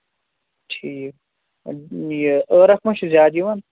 ٹھیٖک یہِ ٲرَکھ ما چھُ زیادٕ یِوَان